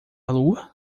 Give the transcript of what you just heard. lua